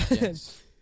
yes